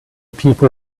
people